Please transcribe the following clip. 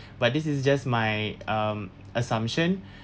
but this is just my um assumption